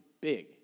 big